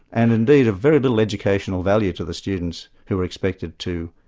and indeed of very little educational value to the students who were expected to,